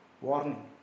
Warning